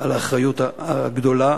על האחריות הגדולה